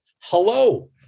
Hello